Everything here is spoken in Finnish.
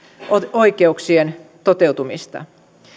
oikeuksien toteutumista